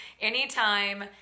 anytime